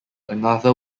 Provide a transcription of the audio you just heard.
another